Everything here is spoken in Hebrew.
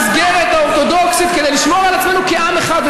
את המסגרת האורתודוקסית כדי לשמור על עצמנו כעם אחד.